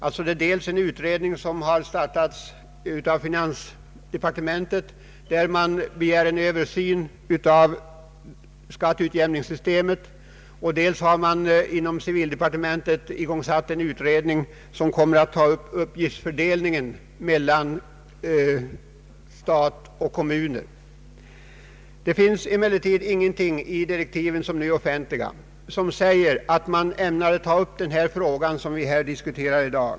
Dels har startats en utredning av finansdepartementet, där man begär en översyn av skatteutjämningssystemet, dels har man inom civildepartementet igångsatt en utredning som kommer att behandla uppgiftsfördelningen mellan stat och kommun. Det finns emellertid ingenting i direktiven, som nu är offentliga, som säger att man ämnar ta upp den fråga vi diskuterar i dag.